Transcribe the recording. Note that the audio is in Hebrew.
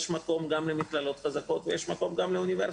יש מקום גם למכללות חזקות ויש מקום גם לאוניברסיטה.